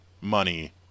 money